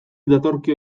datorkio